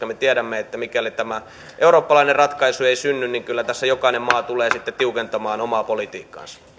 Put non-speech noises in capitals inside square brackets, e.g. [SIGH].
[UNINTELLIGIBLE] me tiedämme että mikäli tämä eurooppalainen ratkaisu ei synny niin kyllä tässä jokainen maa tulee sitten tiukentamaan omaa politiikkaansa